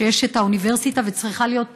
יש את האוניברסיטה וצריכה להיות,